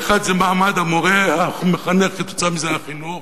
האחד זה מעמד המורה, המחנך, וכתוצאה מזה החינוך,